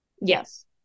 Yes